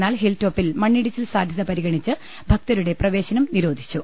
എന്നാൽ ഹിൽടോപ്പിൽ മണ്ണിടിച്ചിൽ സാധ്യത പരിഗണിച്ച് ഭക്തരുടെ പ്രവേ ശനം നിരോധിച്ചു